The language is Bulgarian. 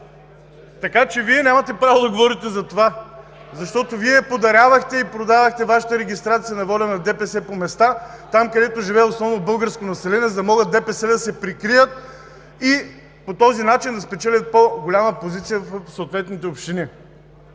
на ВОЛЯ. Вие нямате право да говорите за това, защото Вие подарявахте и продавахте Вашата регистрация на ДПС по места – там, където живее основно българско население, за да могат от ДПС да се прикрият и по този начин да спечелят по-голяма позиция в съответните общини!